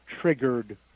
triggered